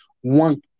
one